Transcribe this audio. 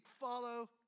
follow